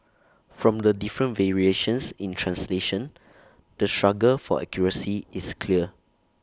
from the different variations in translation the struggle for accuracy is clear